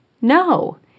No